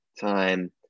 time